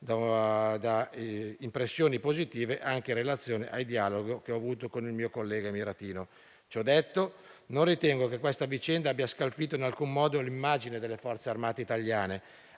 da impressioni positive anche in relazione al dialogo che ho avuto con il mio collega emiratino. Ciò detto, non ritengo che questa vicenda abbia scalfito in alcun modo l'immagine delle Forze armate italiane,